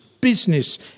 business